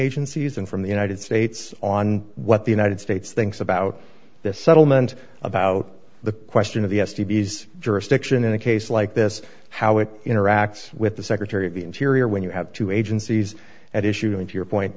agencies and from the united states on what the united states thinks about this settlement about the question of the s d b's jurisdiction in a case like this how it interacts with the secretary of the interior when you have two agencies at issue into your point